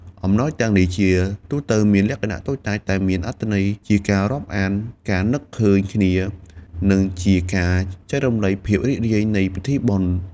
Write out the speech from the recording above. អំណោយទាំងនេះជាទូទៅមានលក្ខណៈតូចតាច តែមានអត្ថន័យជាការរាប់អាន ការនឹកឃើញគ្នា និងជាការចែករំលែកភាពរីករាយនៃពិធីបុណ្យ។